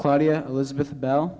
claudia elizabeth bell